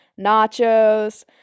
nachos